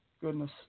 goodness